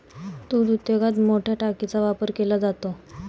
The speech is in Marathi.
दूध उद्योगात मोठया टाकीचा वापर केला जातो